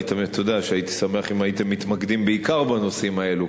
אתה יודע שהייתי שמח אם הייתם מתמקדים בעיקר בנושאים האלו,